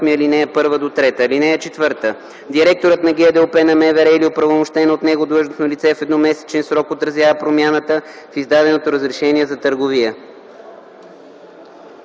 38, ал. 1-3. (4) Директорът на ГДОП на МВР или оправомощено от него длъжностно лице в едномесечен срок отразява промяната в издаденото разрешение за търговия.”